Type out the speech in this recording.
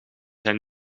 zijn